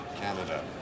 Canada